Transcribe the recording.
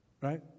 right